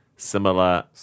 Similar